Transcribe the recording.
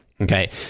Okay